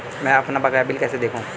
मैं अपना बकाया बिल कैसे देखूं?